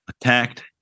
attacked